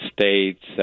states